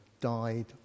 died